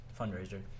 fundraiser